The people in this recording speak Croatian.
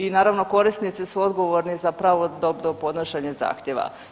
I naravno korisnici su odgovorni za pravodobno podnošenje zahtjeva.